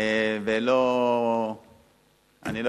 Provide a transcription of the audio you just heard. ולא איזה